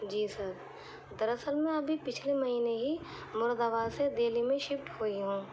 جی sir دراصل میں ابھی پچھلے مہینے ہی مراد آباد سے دلی میں شفٹ ہوئی ہوں